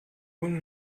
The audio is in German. ohne